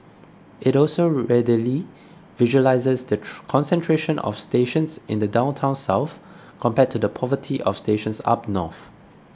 it also readily visualises the concentration of stations in the downtown south compared to the poverty of stations up north